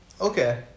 Okay